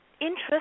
interest